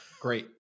Great